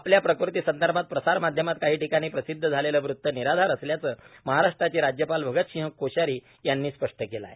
आपल्या प्रकृती संदर्भात प्रसार माध्यमांत काही ठिकाणी प्रसिदध झालेलं वृत्त निराधार असल्याचं महाराष्ट्राचे राज्यपाल भगतसिंह कोश्यारी यांनी स्पष्ट केलं आहे